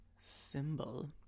symbol